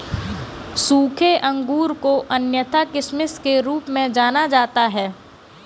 सूखे अंगूर को अन्यथा किशमिश के रूप में जाना जाता है